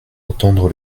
entendre